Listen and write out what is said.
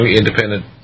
independent